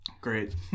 Great